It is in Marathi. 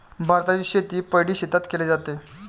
भाताची शेती पैडी शेतात केले जाते